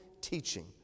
teaching